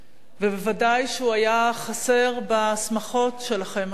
וודאי שהוא חסר בשמחות שלכם השנה,